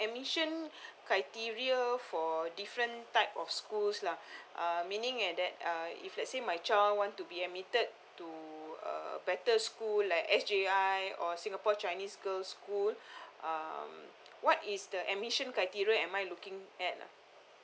admission criteria for different type of schools lah uh meaning at that uh if let's say my child want to be admitted to a better school like S_J_I or singapore chinese girl school um what is the admission criteria am I looking at